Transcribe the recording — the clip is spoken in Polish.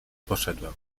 poszedłem